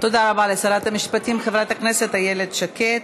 תודה רבה לשרת המשפטים חברת הכנסת איילת שקד.